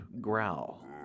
growl